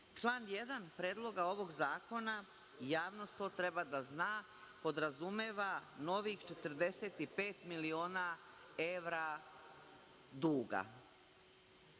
Član 1. Predloga ovog zakona i javnost to treba da zna, podrazumeva novih 45 miliona evra duga. Kada